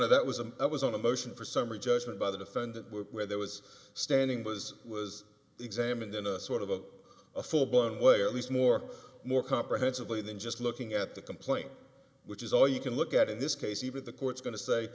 honor that was a was on a motion for summary judgment by the defendant where there was standing was was examined in a sort of a full blown way or at least more more comprehensively than just looking at the complaint which is all you can look at in this case even the court's going to say